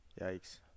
Yikes